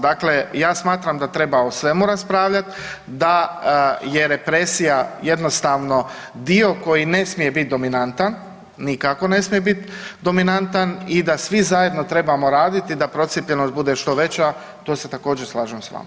Dakle, ja smatram da treba o svemu raspravljat, da je represija jednostavno dio koji ne smije biti dominantan, nikako ne smije bit dominantan i da svi zajedno trebamo raditi da procijepljenost bude što veća, tu se također slažem s vama.